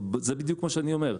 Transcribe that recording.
זה בדיוק מה שאני אומר.